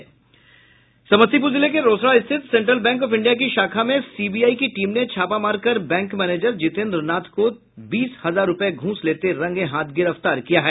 समस्तीपुर जिले के रोसड़ा स्थित सेन्ट्रल बैंक ऑफ इंडिया की शाखा में सीबीआई की टीम ने छापा मारकर बैंक मैनेजर जितेन्द्र नाथ को बीस हजार रुपये घूस लेते रंगेहाथ गिरफ्तार किया है